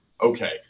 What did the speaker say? okay